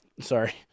Sorry